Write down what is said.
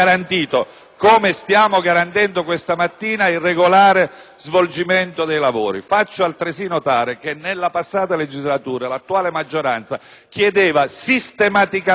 svolgimento dei lavori. Faccio altresì notare che, nella passata legislatura, l'attuale maggioranza chiedeva sistematicamente la verifica del numero legale sulla votazione del verbale